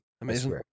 Amazing